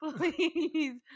Please